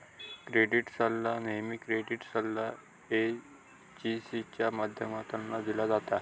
credit सल्ला नेहमी credit सल्ला एजेंसींच्या माध्यमातना दिलो जाता